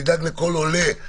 נדאג לכל עולה,